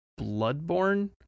Bloodborne